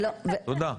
תודה.